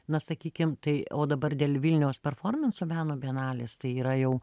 na sakykim tai o dabar dėl vilniaus performenso meno bienalės tai yra jau